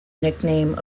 nickname